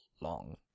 long